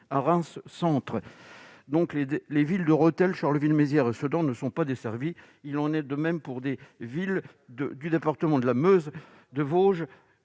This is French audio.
à Reims-centre. Les villes de Rethel, Charleville-Mézières et Sedan ne sont donc pas desservies. Il en est de même pour des villes des départements de la Meuse, des Vosges,